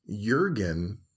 jurgen